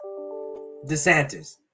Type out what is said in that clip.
DeSantis